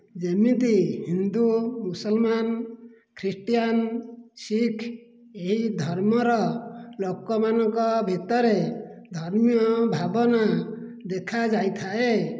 ଯେମିତି ହିନ୍ଦୁ ମୁସଲମାନ ଖ୍ରୀଷ୍ଟିଆନ ଶିଖ୍ ଏଇ ଧର୍ମର ଲୋକମାନଙ୍କ ଭିତରେ ଧର୍ମୀୟ ଭାବନା ଦେଖାଯାଇଥାଏ